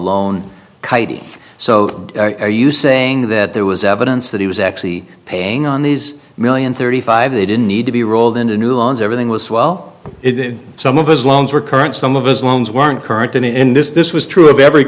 loan so are you saying that there was evidence that he was actually paying on these million thirty five they didn't need to be rolled into new loans everything was well some of his loans were current some of his loans weren't current and in this this was true of every